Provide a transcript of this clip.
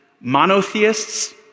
monotheists